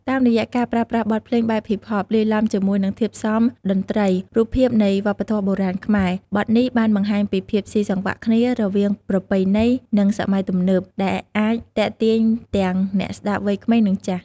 តាមរយៈការប្រើប្រាស់បទភ្លេងបែបហ៊ីបហប លាយឡំជាមួយធាតុផ្សំតន្ត្រី រូបភាពនៃវប្បធម៌បុរាណខ្មែរ បទនេះបានបង្ហាញពីភាពស៊ីសង្វាក់គ្នារវាងប្រពៃណី និងសម័យទំនើប ដែលអាចទាក់ទាញទាំងអ្នកស្តាប់វ័យក្មេង និងចាស់។